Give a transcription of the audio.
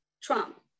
Trump